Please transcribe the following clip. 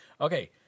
Okay